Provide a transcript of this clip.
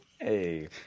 hey